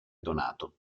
donato